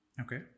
Okay